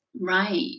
right